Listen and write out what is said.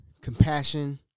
compassion